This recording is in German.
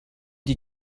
die